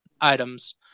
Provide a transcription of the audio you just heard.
items